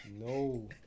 No